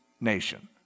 nation